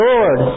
...Lord